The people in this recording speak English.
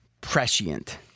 prescient